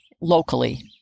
locally